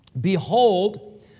Behold